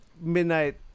midnight